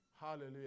Hallelujah